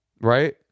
right